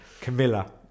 Camilla